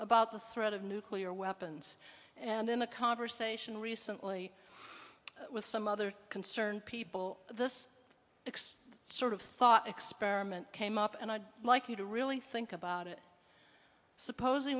about the threat of nuclear weapons and in a conversation recently with some other concerned people this x sort of thought experiment came up and i'd like you to really think about it suppos